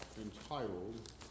entitled